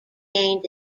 gained